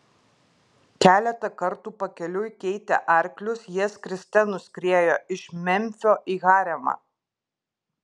keletą kartų pakeliui keitę arklius jie skriste nuskriejo iš memfio į haremą